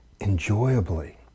enjoyably